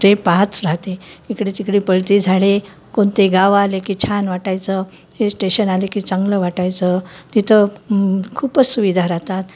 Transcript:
ते पाहत राहते इकडे तिकडे पळती झाडे कोणते गाव आले की छान वाटायचं हे स्टेशन आले की चांगलं वाटायचं तिथं खूपच सुविधा राहतात